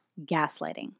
gaslighting